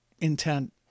intent